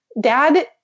dad